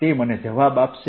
તે મને જવાબ આપશે